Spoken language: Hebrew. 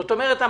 זאת אומרת,